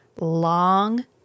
long